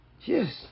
Yes